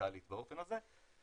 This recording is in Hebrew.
דיגיטלית באופן הזה.